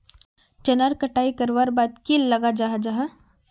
चनार कटाई करवार बाद की लगा जाहा जाहा?